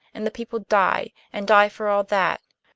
and the people die and die for all that.